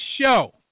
show